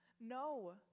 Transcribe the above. No